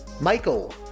Michael